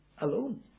alone